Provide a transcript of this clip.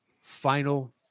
final